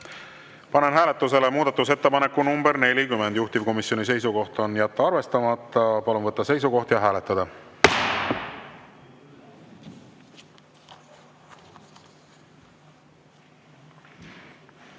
Panen hääletusele muudatusettepaneku nr 40, juhtivkomisjoni seisukoht on jätta arvestamata. Palun võtta seisukoht ja hääletada!